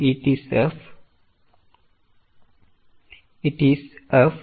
No is it i